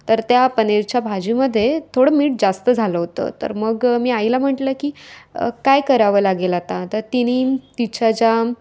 तर त्या पनीरच्या भाजीमध्ये थोडं मीठ जास्त झालं होतं तर मग मी आईला म्हटलं की काय करावं लागेल आता तर तिने तिच्या ज्या